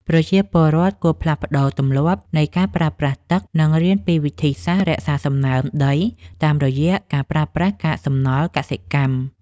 ប្រជាពលរដ្ឋគួរផ្លាស់ប្តូរទម្លាប់នៃការប្រើប្រាស់ទឹក និងរៀនពីវិធីសាស្ត្ររក្សាសំណើមដីតាមរយៈការប្រើប្រាស់កាកសំណល់កសិកម្ម។